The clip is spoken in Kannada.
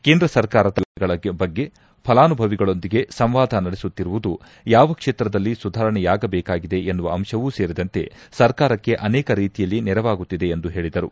ಕೇಂದ್ರ ಸರ್ಕಾರದ ಹಲವು ಯೋಜನೆಗಳ ಬಗ್ಗೆ ಫಲಾನುಭವಿಗಳೊಂದಿಗೆ ಸಂವಾದ ನಡೆಸುತ್ತಿರುವುದು ಯಾವ ಕ್ಷೇತ್ರದಲ್ಲಿ ಸುಧಾರಣೆಯಾಗಬೇಕಾಗಿದೆ ಎನ್ನುವ ಅಂಶವೂ ಸೇರಿದಂತೆ ಸರ್ಕಾರಕ್ಷೆ ಅನೇಕ ರೀತಿಯಲ್ಲಿ ನೆರವಾಗುತ್ತಿದೆ ಎಂದು ಹೇಳಿದರು